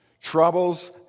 Troubles